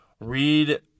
Read